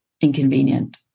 inconvenient